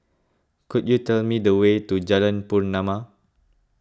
could you tell me the way to Jalan Pernama